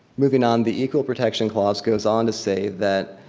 moving on, the equal protection clause goes on to say that